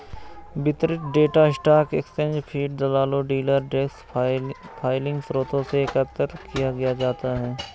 वितरित data stock exchange feed, दलालों, dealer desk filing स्रोतों से एकत्र किया जाता है